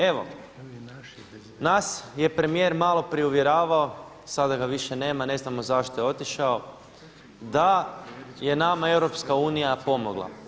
Evo nas je premijer malo prije uvjeravao, sada ga više nema, ne znamo zašto je otišao, da je nama EU pomogla.